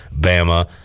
Bama